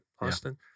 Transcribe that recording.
Austin